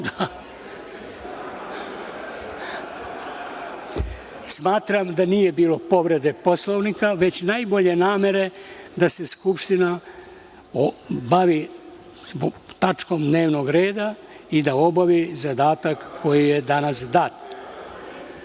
da nije bilo povrede Poslovnika, već najbolje namere da se Skupština bavi tačkom dnevnog reda i da obavi zadatak koji joj je danas dat. Sada